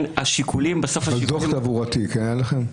בסוף השיקולים --- דוח תברואתי היה לכם?